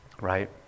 right